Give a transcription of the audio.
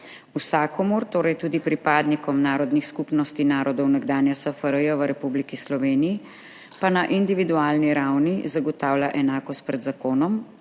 Vsakomur, torej tudi pripadnikom narodnih skupnosti narodov nekdanje SFRJ v Republiki Sloveniji, pa na individualni ravni zagotavlja enakost pred zakonom,